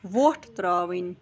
وۄٹھ ترٛاوٕنۍ